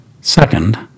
Second